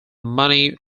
money